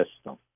system